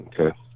Okay